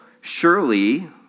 surely